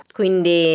quindi